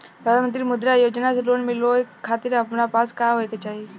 प्रधानमंत्री मुद्रा योजना से लोन मिलोए खातिर हमरा पास का होए के चाही?